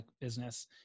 business